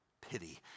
pity